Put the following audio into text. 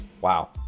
wow